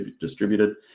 distributed